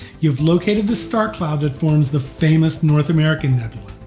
you've located the star cloud that forms the famous north american nebula.